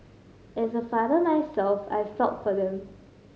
as a father myself I felt for them